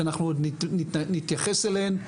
שאנחנו עוד נתייחס אליהן.